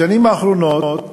בשנים האחרונות